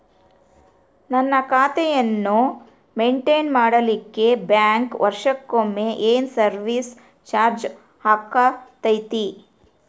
ನನ್ನ ಖಾತೆಯನ್ನು ಮೆಂಟೇನ್ ಮಾಡಿಲಿಕ್ಕೆ ಬ್ಯಾಂಕ್ ವರ್ಷಕೊಮ್ಮೆ ಏನು ಸರ್ವೇಸ್ ಚಾರ್ಜು ಹಾಕತೈತಿ?